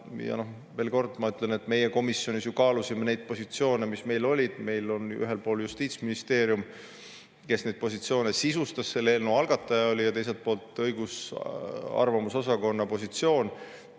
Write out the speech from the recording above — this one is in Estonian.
seda. Veel kord, ma ütlen, et meie komisjonis ju kaalusime neid positsioone, mis meil olid. Meil on ühel pool Justiitsministeerium, kes neid positsioone sisustas, selle eelnõu algataja, ja teisel pool õigus- ja analüüsiosakonna positsioon.